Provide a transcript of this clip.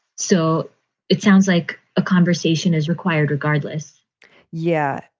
so it sounds like a conversation is required regardless yeah.